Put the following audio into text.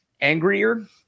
angrier